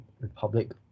republic